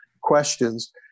questions